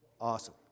Awesome